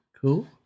cool